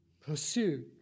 Pursue